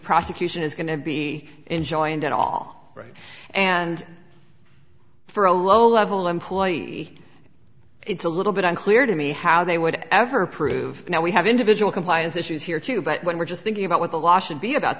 prosecution is going to be enjoined at all right and for a low level employee it's a little bit unclear to me how they would ever prove now we have individual compliance issues here too but when we're just thinking about what the law should be about